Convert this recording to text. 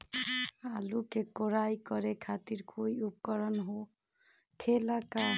आलू के कोराई करे खातिर कोई उपकरण हो खेला का?